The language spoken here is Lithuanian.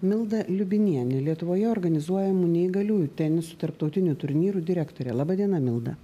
milda liubinienė lietuvoje organizuojamų neįgaliųjų tenis tarptautinių turnyrų direktorė laba diena milda